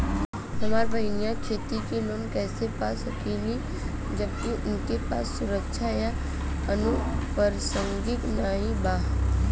हमार बहिन खेती के लोन कईसे पा सकेली जबकि उनके पास सुरक्षा या अनुपरसांगिक नाई बा?